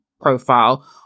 profile